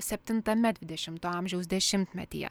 septintame dvidešimto amžiaus dešimtmetyje